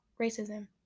racism